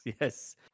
yes